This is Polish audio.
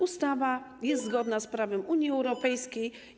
Ustawa jest zgodna z prawem Unii Europejskiej.